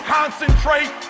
concentrate